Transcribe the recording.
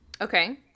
okay